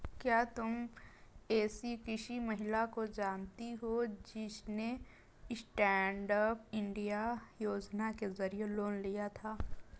क्या तुम एसी किसी महिला को जानती हो जिसने स्टैन्डअप इंडिया योजना के जरिए लोन लिया था?